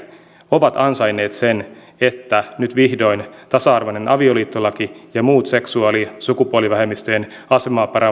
ovat ansainneet sen että nyt vihdoin tasa arvoinen avioliittolaki ja muut seksuaali ja sukupuolivähemmistöjen asemaa